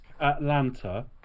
Atlanta